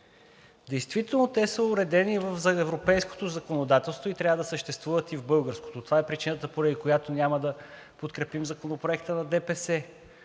Действително е, че те са уредени в европейското законодателство и трябва да съществуват и в българското. Това е причината, поради която няма да подкрепим Законопроекта на ДПС.